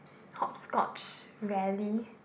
hopscotch rarely